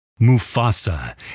Mufasa